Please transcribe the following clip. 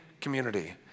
community